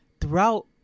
throughout